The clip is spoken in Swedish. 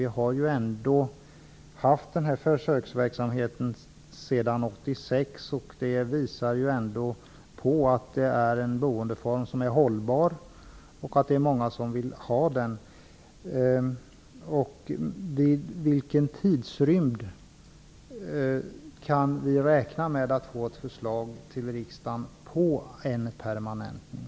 Vi har ju den här försöksverksamheten sedan 1986. Det visar väl ändå att det här är en hållbar boendeform som många vill ha. Inom vilken tidsrymd kan vi räkna med att det kommer ett förslag till riksdagen om en permanentning?